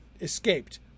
escaped